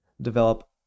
develop